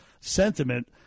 sentiment